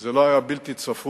זה לא היה בלתי צפוי,